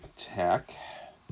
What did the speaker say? attack